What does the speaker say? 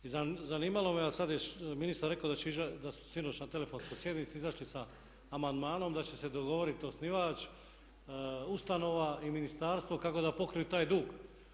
I zanimalo me, a sad je ministar rekao da su sinoć na telefonskoj sjednici izašli sa amandmanom da će se dogovoriti osnivač ustanova i ministarstvo kako da pokriju taj dug.